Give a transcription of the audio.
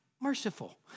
merciful